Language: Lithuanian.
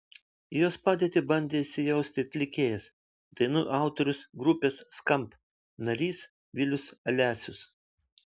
į jos padėtį bandė įsijausti atlikėjas dainų autorius grupės skamp narys vilius alesius